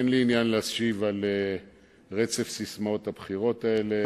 אין לי עניין להשיב על רצף ססמאות הבחירות האלה.